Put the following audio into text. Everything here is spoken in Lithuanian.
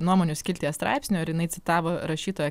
nuomonių skilties straipsnio ar jinai citavo rašytoją